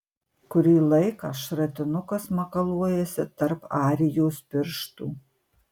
kurį laiką šratinukas makaluojasi tarp arijos pirštų